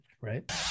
right